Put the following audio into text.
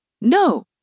No